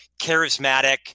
charismatic